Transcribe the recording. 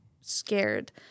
scared